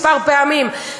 כמה פעמים,